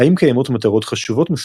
האם קיימות מטרות חשובות מספיק,